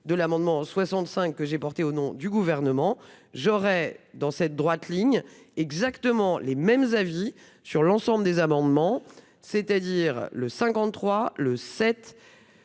de l'amendement 65 que j'ai porté au nom du gouvernement, j'aurai dans cette droite ligne exactement les mêmes avis sur l'ensemble des amendements, c'est-à-dire le 53, le